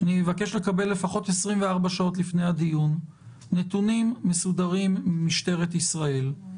לפחות 24 שעות לפני הדיון נתונים מסודרים ממשטרת ישראל.